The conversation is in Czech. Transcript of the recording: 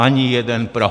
Ani jeden pro.